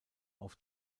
auf